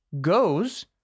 goes